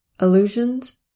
illusions